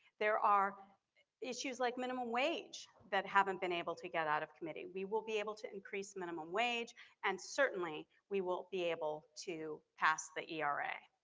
there are issues like minimum wage that haven't been able to get out of committee. we will be able to increase the minimum wage and certainly we will be able to pass the era.